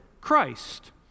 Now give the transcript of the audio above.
Christ